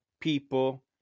people